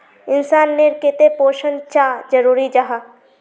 इंसान नेर केते पोषण चाँ जरूरी जाहा?